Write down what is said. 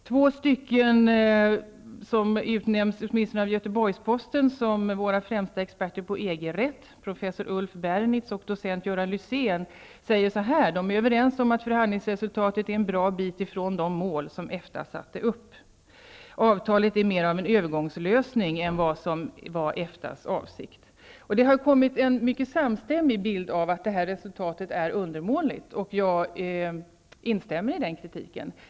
Två personer som utnämnts, åtminstone av Göteborgs-Posten, till våra främsta representanter på EG-rätt, professor Ulf Bernitz och docent Göran Lysén, ''är överens om att förhandlingsresultatet är en bra bit från de mål som Efta satte upp''. De säger: ''Avtalet är mera av en övergångslösning, än vad som var Eftas avsikt''. Det har tecknats en mycket samstämmig bild av att resultatet är undermåligt, och jag instämmer i den kritiken.